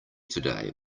today